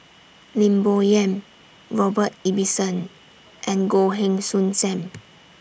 Lim Bo Yam Robert Ibbetson and Goh Heng Soon SAM